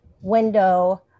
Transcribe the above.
window